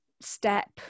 step